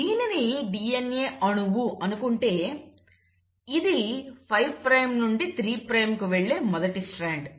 దీనిని DNA అణువు అనుకుంటే ఇది 5 ప్రైమ్ నుండి 3 ప్రైమ్ కు వెళ్లే మొదటి స్ట్రాండ్